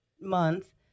month